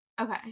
okay